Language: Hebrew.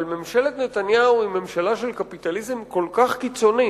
אבל ממשלת נתניהו היא ממשלה של קפיטליזם כל כך קיצוני